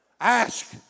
Ask